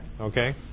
Okay